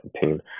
team